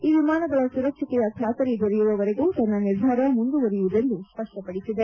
ಈ ವಿಮಾನಗಳ ಸುರಕ್ಷತೆಯ ಖಾತರಿ ದೊರೆಯುವವರೆಗೂ ತನ್ನ ನಿರ್ಧಾರ ಮುಂದುವರಿಯುವುದೆಂದು ಸ್ಪಷ್ಟಪಡಿಸಿದೆ